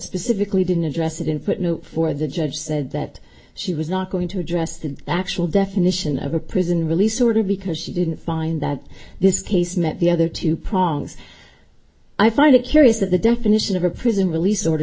specifically didn't address it in footnote four the judge said that she was not going to address the actual definition of a prison release order because she didn't find that this case met the other two prongs i find it curious that the definition of a prison release order